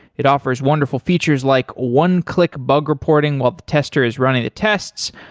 it offers wonderful features like one-click bug reporting while the tester is running the tests,